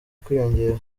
kwiyongera